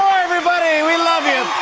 everybody! we love you!